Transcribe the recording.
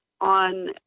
on